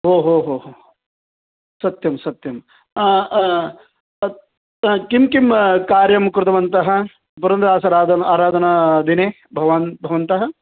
ओहोहोहो सत्यं सत्यं किं किं कार्यं कृतवन्तः पुरन्दरसराधना अराधनादिने भवान् भवन्तः